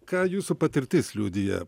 ką jūsų patirtis liudija